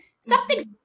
Something's